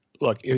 look